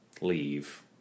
leave